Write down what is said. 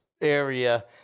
area